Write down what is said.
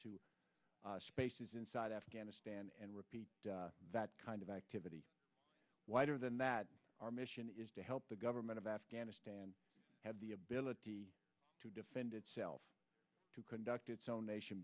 to spaces inside afghanistan and repeat that kind of activity wider than that our mission is to help the government of afghanistan have the ability to defend itself to conduct its own nation